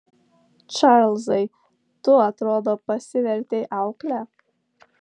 čarlzai tu atrodo pasivertei aukle